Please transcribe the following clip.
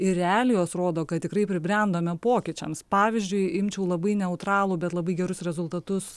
ir realijos rodo kad tikrai pribrendome pokyčiams pavyzdžiui imčiau labai neutralų bet labai gerus rezultatus